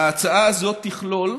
ההצעה הזאת תכלול,